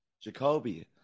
jacoby